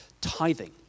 tithing